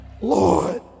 Lord